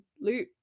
loot